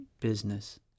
business